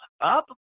up